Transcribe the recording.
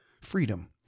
freedom